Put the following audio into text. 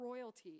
royalty